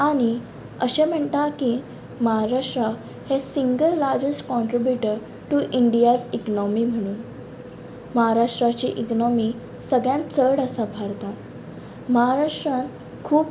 आनी अशें म्हणटात की महाराष्ट्रा हें single largest contributor to India's economy म्हणून महाराष्टाची इकनॉमी सगळ्यांत चड आसा भारतान महाराष्ट्रान खूब